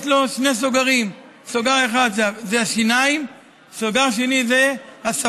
יש לו שני סוגרים: סוגר אחד זה השיניים וסוגר שני זה השפה,